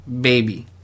Baby